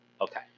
Okay